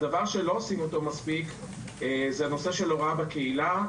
לא עושים מספיק הוראה בקהילה.